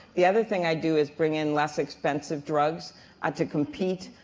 the other thing i'd do is bring in less expensive drugs and to compete,